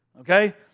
Okay